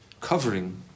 covering